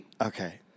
Okay